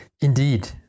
Indeed